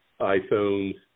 iPhones